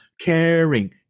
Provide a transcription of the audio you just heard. caring